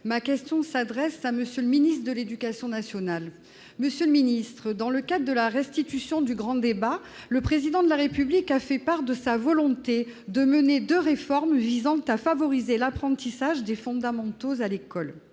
ma question s'adresse à monsieur le ministre de l'Éducation nationale, monsieur le ministre, dans le cas de la restitution du grand débat, le président de la République a fait part de sa volonté de mener 2 réformes visant à favoriser l'apprentissage des fondamentaux à l'école